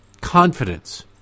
confidence